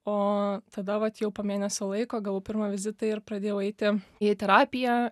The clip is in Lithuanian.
o tada vat jau po mėnesio laiko gavau pirmą vizitą ir pradėjau eiti į terapiją